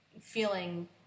feeling